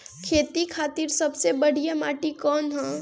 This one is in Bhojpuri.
खेती खातिर सबसे बढ़िया माटी कवन ह?